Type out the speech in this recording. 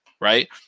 right